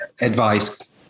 advice